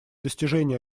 достижение